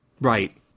Right